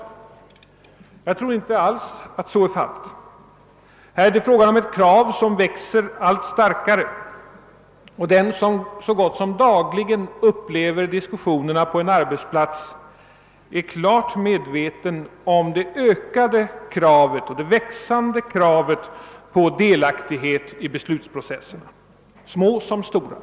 Jag tror inte alls att så är fallet. Det är fråga om ett krav som växer sig allt starkare, och den som så gott som dagligen upplever diskussionerna på en arbetsplats är klart medveten om det ökade och växande kravet på delaktighet i beslutsprocesserna, små som stora.